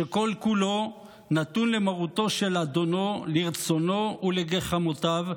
שכל-כולו נתון למרותו של אדונו, לרצונו ולגחמותיו,